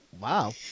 wow